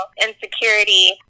insecurity